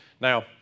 Now